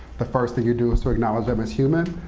the first thing you do is to acknowledge them as human.